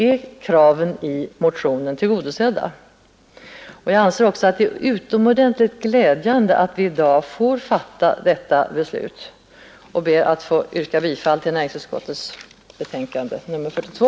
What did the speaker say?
Jag anser också att det är utomordentligt glädjande att vi i dag får fatta detta beslut, och jag ber att få yrka bifall till näringsutskottets hemställan i dess betänkande nr 42.